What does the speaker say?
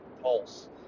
pulse